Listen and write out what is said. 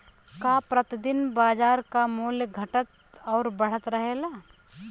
का प्रति दिन बाजार क मूल्य घटत और बढ़त रहेला?